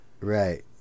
Right